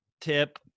tip